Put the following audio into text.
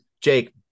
Jake